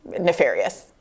nefarious